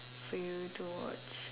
for you to watch